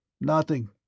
Nothing